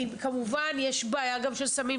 כמובן יש בעיה של סמים,